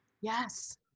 Yes